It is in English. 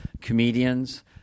comedians